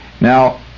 Now